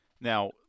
Now